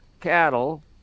cattle